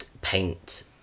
paint